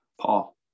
Paul